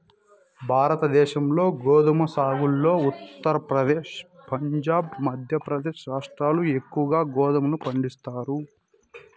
భారతదేశంలో గోధుమ సాగులో ఉత్తరప్రదేశ్, పంజాబ్, మధ్యప్రదేశ్ రాష్ట్రాలు ఎక్కువగా గోధుమలను పండిస్తాయి